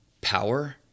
power